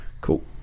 cool